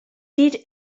did